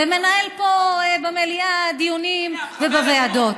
ומנהל דיונים במליאה ובוועדות.